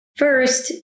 First